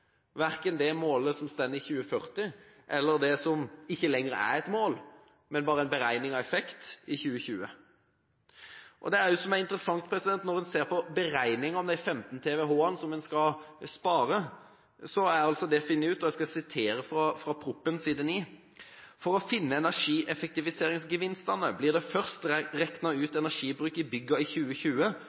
verken det målet som står i 2040, eller det som ikke lenger er et mål, men bare en beregning av effekt i 2020. Det som er interessant når en ser på beregningen av de 15 TWh en skal spare, er at det er funnet ut – jeg skal sitere fra proposisjonen, side 9: «For å finne energieffektiviseringsvinstane blir det først rekna ut energibruk i bygga i 2020